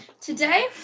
today